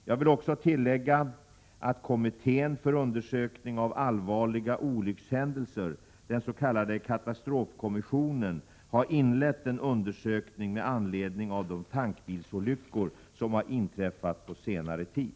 Jag vill också tillägga att kommittén för undersökning av allvarliga olyckshändelser — den s.k. katastrofkommissionen — har inlett en undersökning med anledning av de tankbilsolyckor som har inträffat på senare tid.